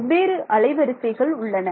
வெவ்வேறு அலைவரிசைகள் உள்ளன